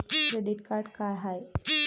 Credit card का हाय?